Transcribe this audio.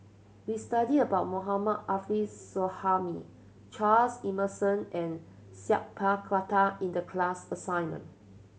we studied about Mohammad Arif Suhaimi Charles Emmerson and Sat Pal Khattar in the class assignment